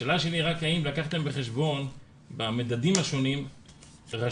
השאלה שלי היא האם לקחתם בחשבון במדדים השונים רשויות